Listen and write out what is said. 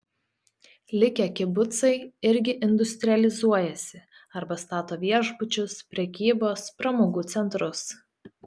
likę kibucai irgi industrializuojasi arba stato viešbučius prekybos pramogų centrus